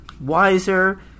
wiser